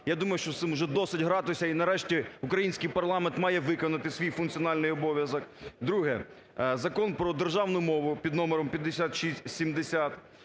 Я думаю, що з цим уже досить гратися, і нарешті український парламент має виконати свій функціональний обов'язок. Друге – Закон про державну мову під номером 5670.